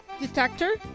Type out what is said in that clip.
detector